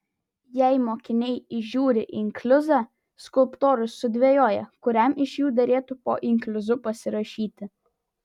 jei mokiniai įžiūri inkliuzą skulptorius sudvejoja kuriam iš jų derėtų po inkliuzu pasirašyti